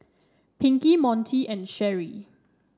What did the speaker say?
Pinkie Montie and Sherrie